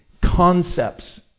concepts